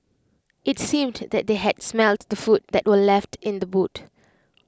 IT seemed that they had smelt the food that were left in the boot